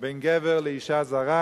בין גבר לאשה זרה.